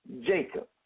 Jacob